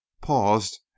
paused